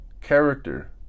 Character